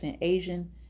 Asian